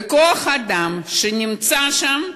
ושכוח-האדם שנמצא שם יישאר.